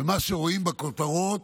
ומה שרואים בכותרות